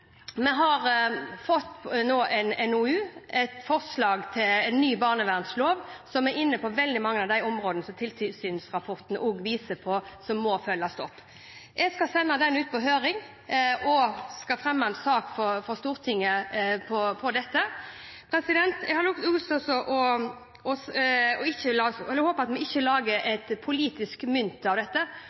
Vi har fått en NOU, et forslag til en ny barnevernslov som går inn på veldig mange av de områdene som tilsynsrapporten også viser til, og som må følges opp. Jeg skal sende den ut på høring og skal fremme en sak for Stortinget om dette. Jeg håper vi ikke skal slå politisk mynt på dette.